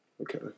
Okay